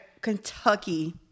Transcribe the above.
Kentucky